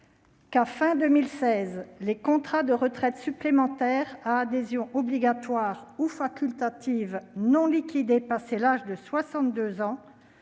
à la fin de 2016, « les contrats de retraite supplémentaire à adhésion obligatoire ou facultative non liquidés passé l'âge de 62 ans